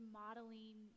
modeling